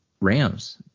Rams